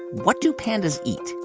what do pandas eat?